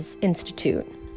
Institute